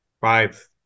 five